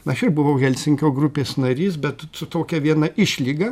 aš ir buvau helsinkio grupės narys bet su tokia viena išlyga